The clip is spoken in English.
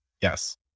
Yes